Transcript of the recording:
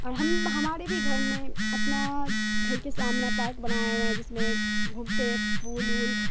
اور ہم ہمارے بھی گھر میں اپنا گھر کے سامنا پارک بنایا ہوئے ہیں جس میں گھومتے پھول وول